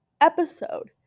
episode